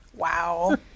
wow